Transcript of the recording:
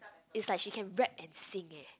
it's like she can rap and sing eh